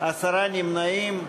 עשרה נמנעים.